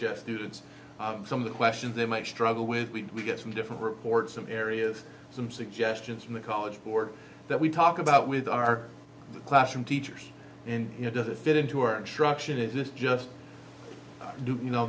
s students some of the questions they might struggle with we get from different reports some areas some suggestions from the college board that we talk about with our classroom teachers and it doesn't fit into our instructions it is just do you know